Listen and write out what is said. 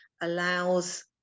allows